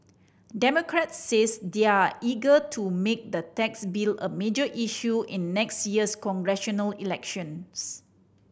democrats says they're eager to make the tax bill a major issue in next year's congressional elections